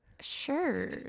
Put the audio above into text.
Sure